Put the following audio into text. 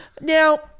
Now